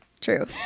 true